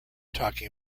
talking